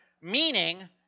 meaning